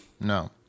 No